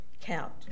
count